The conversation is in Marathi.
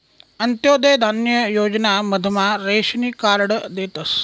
अंत्योदय धान्य योजना मधमा रेशन कार्ड देतस